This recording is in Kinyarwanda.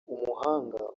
umuhanga